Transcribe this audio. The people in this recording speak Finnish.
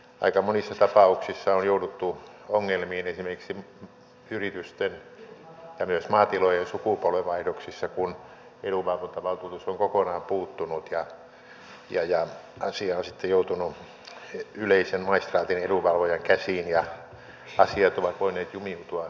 aika monissa tapauksissa on jouduttu ongelmiin esimerkiksi yritysten ja myös maatilojen sukupolvenvaihdoksissa kun edunvalvontavaltuutus on kokonaan puuttunut ja asia on sitten joutunut yleisen maistraatin edunvalvojan käsiin ja asiat ovat voineet jumiutua vuosikymmeniksi